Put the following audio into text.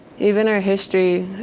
even our history,